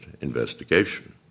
investigation